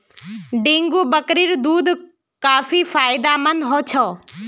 dengue बकरीर दूध काफी फायदेमंद ह छ